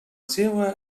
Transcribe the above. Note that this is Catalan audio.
seua